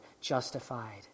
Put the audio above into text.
justified